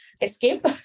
escape